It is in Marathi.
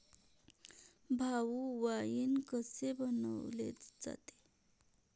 भाऊ, वाइन कसे बनवले जाते?